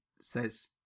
says